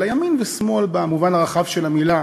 אלא לימין ושמאל במובן הרחב של המילה,